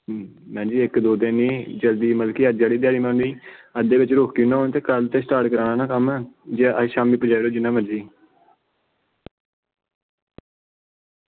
madam ji इक्क दौ दिन नेईं जल्दी अज्ज दी ध्याड़ी गेई अद्धे बिच रोकी ओड़ना कल्ल ते स्टार्ट कराना निं कम्म जां अज्ज शामीं भेजाई ओड़ो जियां मर्जी